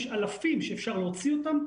יש אלפים שאפשר להוציא אותם,